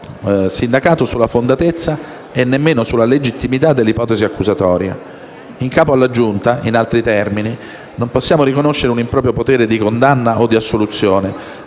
sindacato sulla fondatezza e nemmeno sulla legittimità dell'ipotesi accusatoria. In capo alla Giunta, in altri termini, non può riconoscersi un improprio potere di condanna o di assoluzione,